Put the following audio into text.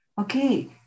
okay